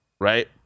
right